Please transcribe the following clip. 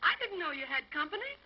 i didn't know you had company